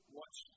watch